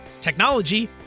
technology